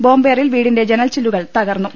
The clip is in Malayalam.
ബോംബേറിൽ വീടിന്റെ ജനൽചില്ലുകൾ തകർന്നു